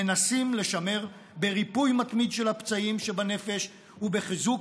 מנסים לשמר בריפוי מתמיד של הפצעים שבנפש ובחיזוק